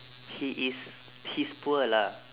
he is he's poor lah